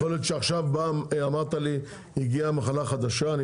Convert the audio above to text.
יכול להיות שעכשיו אמרת לי הגיעה מחלה חדשה אני